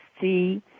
see